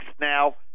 now